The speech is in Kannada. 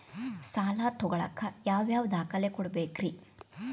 ಸಾಲ ತೊಗೋಳಾಕ್ ಯಾವ ಯಾವ ದಾಖಲೆ ಕೊಡಬೇಕ್ರಿ?